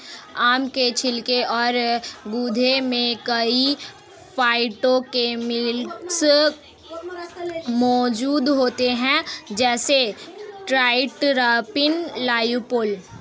आम के छिलके और गूदे में कई फाइटोकेमिकल्स मौजूद होते हैं, जैसे ट्राइटरपीन, ल्यूपोल